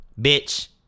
bitch